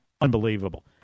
Unbelievable